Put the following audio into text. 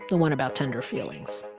the one about tender feelings.